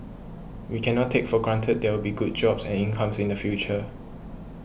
we cannot take for granted there'll be good jobs and incomes in the future